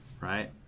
right